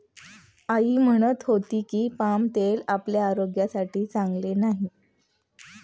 आई म्हणत होती की, पाम तेल आपल्या आरोग्यासाठी चांगले नाही